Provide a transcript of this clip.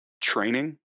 training